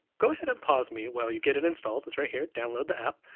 go ahead and pause me while you get an installed. this right here. download the app,